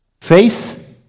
Faith